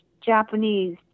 Japanese